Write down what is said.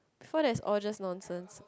before that is all just nonsense